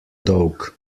dolg